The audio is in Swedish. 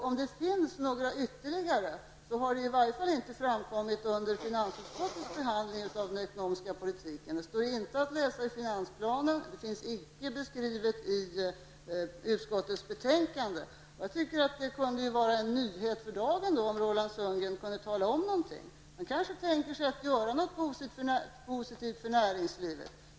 Om det finns ytterligare förslag, så har det i varje fall inte framkommit under finansutskottets behandling av den ekonomiska politiken. Det står ingenting om det i finansplanen, och det finns inte beskrivet i utskottets betänkande. Det skulle vara en nyhet för dagen om Roland Sundgren kunde säga om det finns någonting mer. Han tänker kanske göra något positivt för näringslivet.